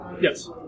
Yes